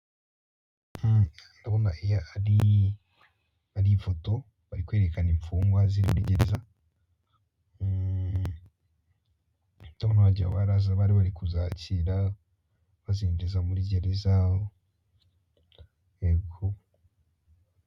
Ndabona iyo ari ari ifoto bari kwerekana imfungwa ziri muri gereza uuh ndabona wagira bari bari kuzakira bazinjiza muri gereza yego.